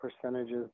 percentages